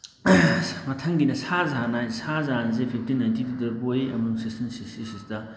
ꯃꯊꯪꯒꯤꯗ ꯁꯥꯍꯥꯖꯍꯥꯟ ꯍꯥꯏꯁꯦ ꯁꯍꯥꯖꯍꯥꯟꯁꯤ fifteen ninety ꯇꯨꯗ ꯄꯣꯛꯏ ꯑꯗꯨꯒ ꯁꯤꯛꯁꯇꯤꯟ ꯁꯤꯛꯁꯇꯤ ꯁꯤꯛꯁꯇ